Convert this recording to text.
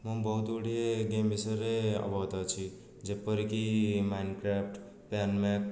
ମୁଁ ବହୁତ ଗୁଡ଼ିଏ ଗେମ୍ ବିଷୟରେ ଅବଗତ ଅଛି ଯେପରିକି ମାଇନ୍ କ୍ରାଫ୍ଟ ପ୍ୟାନ୍ ମ୍ୟାକ୍